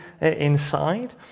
inside